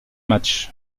match